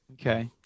Okay